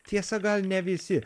tiesa gal ne visi